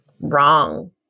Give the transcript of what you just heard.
wrong